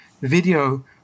video